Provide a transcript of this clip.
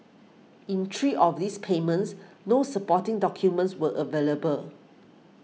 in three of these payments no supporting documents were available